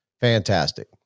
Fantastic